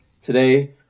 today